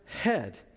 head